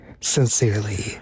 sincerely